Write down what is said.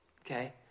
Okay